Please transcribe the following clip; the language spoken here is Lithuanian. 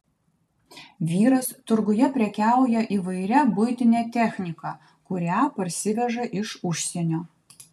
vyras turguje prekiauja įvairia buitine technika kurią parsiveža iš užsienio